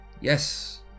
yes